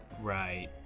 Right